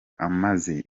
amaze